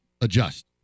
Adjust